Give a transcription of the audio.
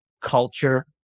culture